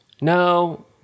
No